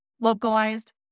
localized